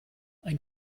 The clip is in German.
ein